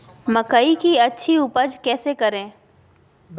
मकई की अच्छी उपज कैसे करे?